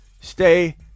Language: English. stay